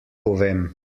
povem